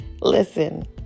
Listen